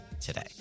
today